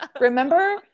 remember